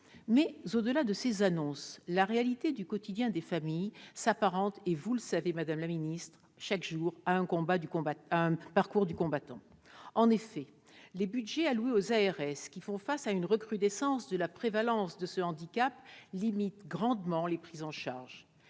Au-delà de ces annonces, la réalité du quotidien des familles s'apparente chaque jour, et vous le savez, madame la secrétaire d'État, à un parcours du combattant. En effet, les budgets alloués aux ARS, qui font face à une recrudescence de la prévalence de ce handicap, limitent grandement les prises en charge.